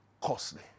costly